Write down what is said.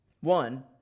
One